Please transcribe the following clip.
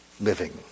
living